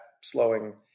slowing